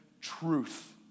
truth